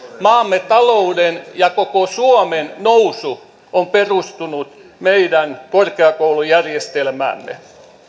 maamme talouden ja koko suomen nousu on perustunut meidän korkeakoulujärjestelmäämme